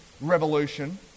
revolution